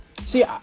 see